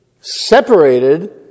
separated